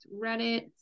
Reddit